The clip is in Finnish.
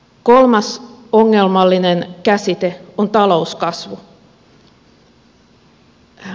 kolmas ongelmallinen käsite on talouskasvu